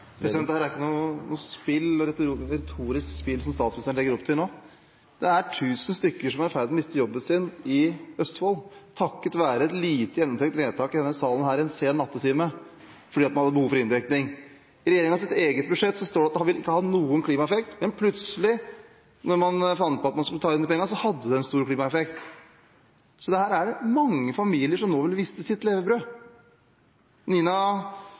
ikke noe spill – eller et retorisk spill, som statsministeren legger opp til nå – det er 1 000 personer i Østfold som er i ferd med å miste jobben sin, takket være et lite gjennomtenkt vedtak en sen nattetime i denne salen fordi man hadde behov for inndekning. I regjeringens eget budsjett står det at dette ikke vil ha noen klimaeffekt. Men plutselig, da man fant på at man skulle ta inn disse pengene, hadde det en stor klimaeffekt. Det er mange familier som nå vil miste sitt levebrød. Nina